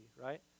right